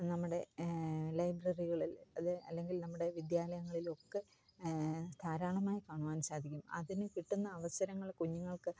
നമ്മുടെ ലൈബ്രറികളിൽ അല്ലെങ്കിൽ നമ്മുടെ വിദ്യാലയങ്ങളിൽ ഒക്കെ ധാരാളമായി കാണുവാൻ സാധിക്കും അതിന് കിട്ടുന്ന അവസരങ്ങൾ കുഞ്ഞുങ്ങൾക്ക്